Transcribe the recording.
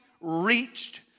reached